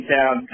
Town